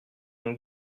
ont